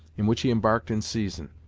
in which he embarked in season.